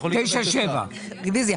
9-7. רוויזיה.